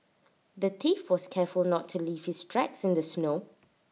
the thief was careful not to leave his tracks in the snow